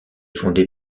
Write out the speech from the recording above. fondé